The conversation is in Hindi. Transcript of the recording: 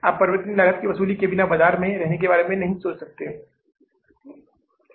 आप परिवर्तनीय लागत की वसूली के बिना बाजार में रहने की सोच को याद नहीं कर सकते